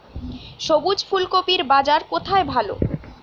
সবুজ ফুলকপির বাজার কোথায় ভালো?